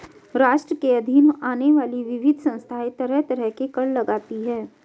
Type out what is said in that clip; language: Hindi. राष्ट्र के अधीन आने वाली विविध संस्थाएँ तरह तरह के कर लगातीं हैं